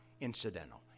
incidental